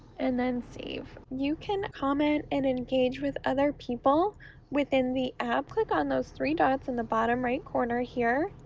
and then save. you can comment and engage with other people within the app, click on those three dots in the bottom right corner here,